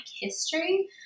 history